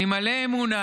אני מלא אמונה